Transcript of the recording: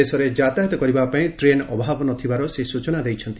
ଦେଶରେ ଯାତାୟତ କରିବାପାଇଁ ଟ୍ରେନ୍ ଅଭାବ ନ ଥିବା ସେ ସୂଚନା ଦେଇଛନ୍ତି